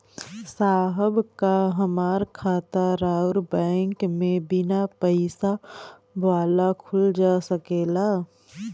साहब का हमार खाता राऊर बैंक में बीना पैसा वाला खुल जा सकेला?